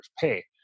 pay